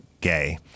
gay